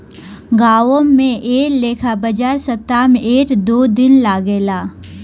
गांवो में ऐ लेखा बाजार सप्ताह में एक दू दिन लागेला